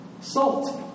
Salt